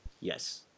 Yes